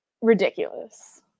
ridiculous